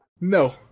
No